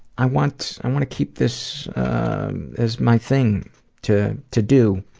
i want i wanna keep this as my thing to to do,